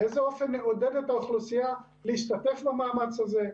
באיזה אופן נעודד את האוכלוסייה להשתתף במאמץ הזה.